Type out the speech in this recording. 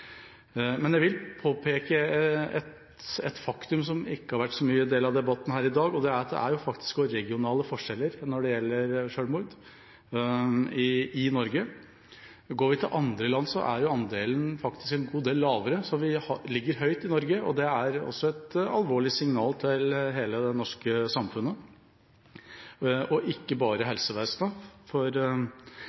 Men jeg vil påpeke et faktum som ikke har vært en så stor del av debatten her i dag. Det er at det faktisk også er regionale forskjeller når det gjelder selvmord i Norge. Går vi til andre land, er andelen faktisk en god del lavere. Vi ligger høyt i Norge, og det er et alvorlig signal også til hele det norske samfunnet – ikke bare helsevesenet